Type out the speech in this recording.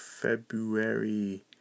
February